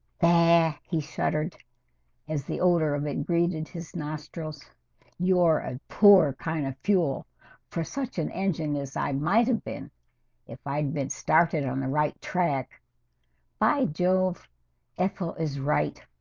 there he shuddered as the odor of ingredientes nostrils you're a poor kind of fuel for such an engine as i might have been if i'd been started on the right track by jove ethel is right.